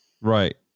right